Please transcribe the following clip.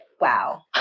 wow